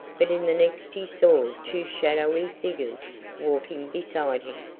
but in the next he saw two shadowy figures walking beside him.